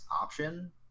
option